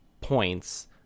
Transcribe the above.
points